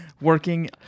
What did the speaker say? working